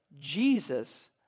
Jesus